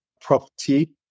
property